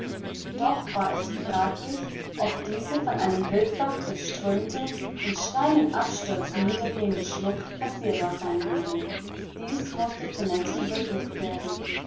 doch war es fraglich ob diese von einem wildbach durchströmte in steilen abstürzen niedergehende schlucht passierbar sein würde dies mußte zunächst untersucht werden